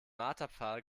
marterpfahl